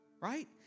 Right